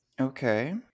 Okay